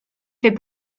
fait